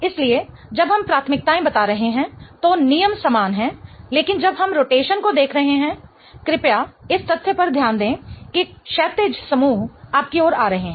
इसलिए जब हम प्राथमिकताएं बता रहे हैं तो नियम समान हैं लेकिन जब हम रोटेशन को देख रहे हैं कृपया इस तथ्य पर ध्यान दें कि क्षैतिज समूह आपकी ओर आ रहे हैं